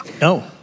No